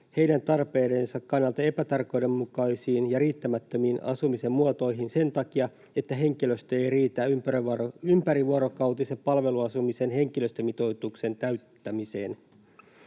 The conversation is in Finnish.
heidän tarpeidensa kannalta epätarkoituksenmukaisiin ja riittämättömiin asumisen muotoihin sen takia, että henkilöstöä ei riitä ympärivuorokautisen palveluasumisen henkilöstömitoituksen täyttämiseen.